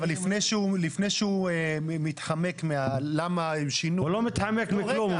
לפני שהוא מתחמק למה הוא שינו --- הוא לא מתחמק מכלום,